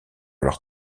leur